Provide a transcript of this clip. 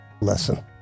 lesson